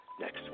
next